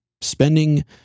spending